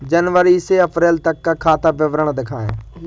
जनवरी से अप्रैल तक का खाता विवरण दिखाए?